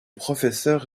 professeur